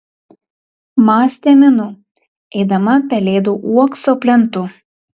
mąstė minu eidama pelėdų uokso plentu